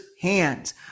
hands